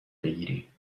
بگیری